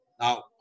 Now